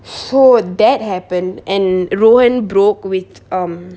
so that happen and rowen broke with um